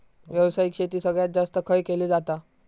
व्यावसायिक शेती सगळ्यात जास्त खय केली जाता?